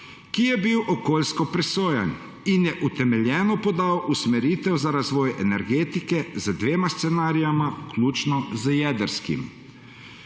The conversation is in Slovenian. ki je bil okoljsko presojan in je utemeljeno podal usmeritev za razvoj energetike z dvema scenarijema, vključno z jedrskim.